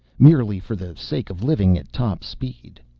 merely for the sake of living at top speed.